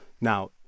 Now